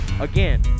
again